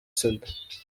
sida